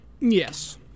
Yes